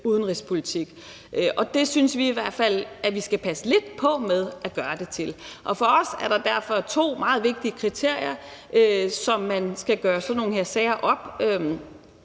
udenrigspolitik, og det synes vi i hvert fald at vi skal passe lidt på med at gøre det til. For os er der derfor nogle meget vigtige kriterier, som man skal holde sådan nogle her sager op